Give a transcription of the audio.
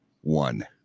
one